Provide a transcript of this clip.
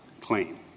claim